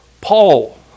Paul